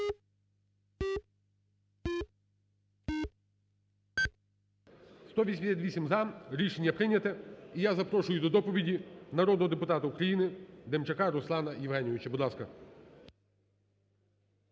За-198 Рішення прийнято. І я запрошую до доповіді народного депутата України Демчака Руслана Євгеновича.